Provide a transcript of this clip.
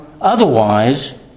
otherwise